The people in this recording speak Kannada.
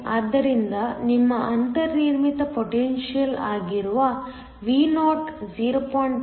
ಆದ್ದರಿಂದ ನಿಮ್ಮ ಅಂತರ್ನಿರ್ಮಿತ ಪೊಟೆನ್ಶಿಯಲ್ ಆಗಿರುವ Vo 0